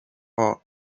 are